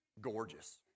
Gorgeous